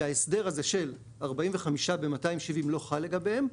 שההסדר של 45 ב-270 לא חל לגביהם,